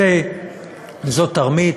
זו תרמית,